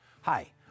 Hi